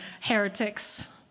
heretics